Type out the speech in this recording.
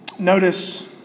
Notice